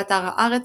באתר הארץ,